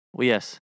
Yes